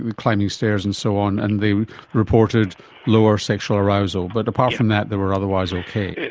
and climbing stairs and so on, and they reported lower sexual arousal. but apart from that they were otherwise okay.